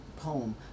poem